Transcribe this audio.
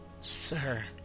Sir